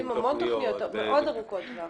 עושים המון תוכניות מאוד ארוכות טווח.